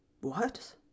what